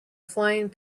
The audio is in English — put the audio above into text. flying